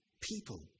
people